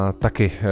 taky